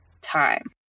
time